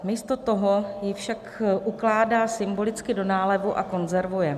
Místo toho ji však ukládá symbolicky do nálevu a konzervuje.